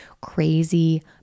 crazy